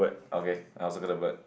okay I also got the bird